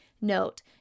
Note